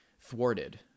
thwarted